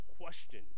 question